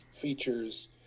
features